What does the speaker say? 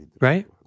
right